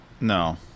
No